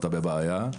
אתה בבעיה.